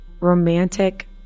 romantic